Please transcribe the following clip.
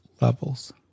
levels